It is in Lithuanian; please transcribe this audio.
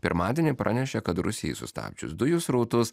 pirmadienį pranešė kad rusijai sustabdžius dujų srautus